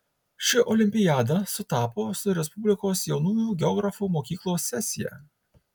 ši olimpiada sutapo su respublikos jaunųjų geografų mokyklos sesija